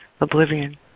oblivion